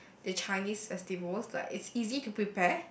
the Chinese festivals like it's easy to prepare